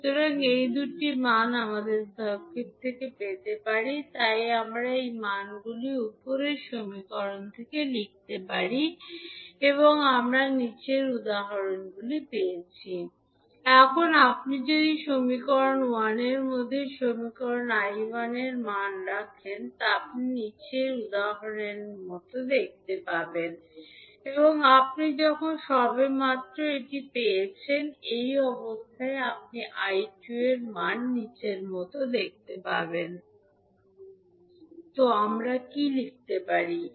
সুতরাং এই দুটি মান আমরা সার্কিট থেকে পেতে পারি তাই আমরা এই মানগুলি উপরের সমীকরণে রাখতে পারি তাই আমরা পেয়েছি 100 40𝐈1 𝑗20𝐈2 −10𝐈2 𝑗30𝐈1 50𝐈2 ⇒ 𝐈1 𝑗2𝐈2 এখন আপনি যদি এই সমীকরণটি 1 এর সমীকরণের মধ্যে 𝐈1 এর মান রাখেন আপনি এটি বলতে পারেন 100 𝑗80𝐈2 𝑗20𝐈2 ⇒ 𝐈2 −𝑗 এবং আপনি যখন সবেমাত্র পেয়েছি সেই অবস্থায় আপনি 𝐈2 এর মান রাখেন 𝐈1 𝑗2𝐈2 𝑗2−𝑗 2 তো আমরা কী লিখতে পারি